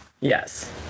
Yes